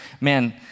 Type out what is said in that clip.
man